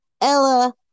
Ella